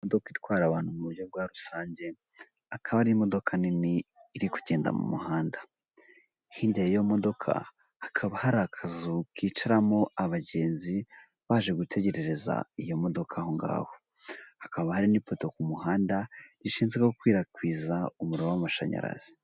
Imodoka itwara abantu mu buryo bwa rusange akaba ari imodoka nini iri kugenda mu muhanda, hirya y'iyo modoka hakaba hari akazu kicaramo abagenzi baje gutegerereza iyo modoka aho ngaho, hakaba hari n'ipoto ku muhanda rishinzwe gukwirakwiza umuriro w'amashanyarazi.